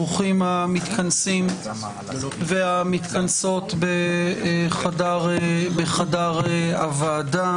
ברוכים המתכנסים והמתכנסות בחדר הוועדה.